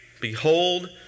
behold